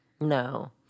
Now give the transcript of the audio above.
No